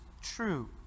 true